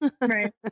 right